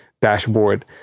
dashboard